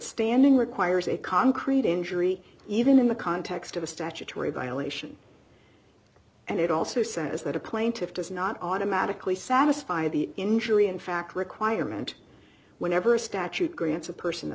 standing requires a concrete injury even in the context of a statutory violation and it also says that a plaintiff does not automatically satisfy the injury in fact requirement whenever a statute grants a person the